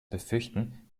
befürchten